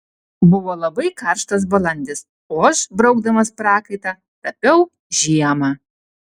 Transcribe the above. buvo labai karštas balandis o aš braukdamas prakaitą tapiau žiemą